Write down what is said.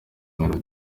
melody